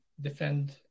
defend